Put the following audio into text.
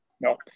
No